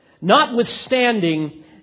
notwithstanding